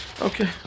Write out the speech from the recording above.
Okay